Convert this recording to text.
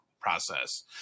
process